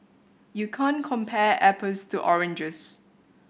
you can't compare apples to oranges